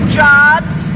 jobs